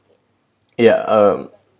ya um